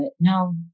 no